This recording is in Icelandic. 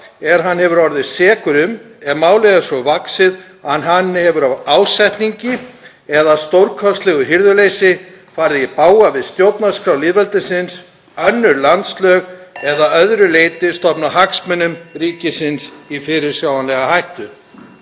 er hann hefur orðið sekur um, ef málið er svo vaxið, að hann hefur annaðhvort af ásetningi eða stórkostlegu hirðuleysi farið í bága við stjórnarskrá lýðveldisins, önnur landslög eða að öðru leyti stofnað hagsmunum ríkisins í fyrirsjáanlega hættu.“